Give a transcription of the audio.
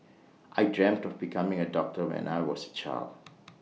I dreamt of becoming A doctor when I was child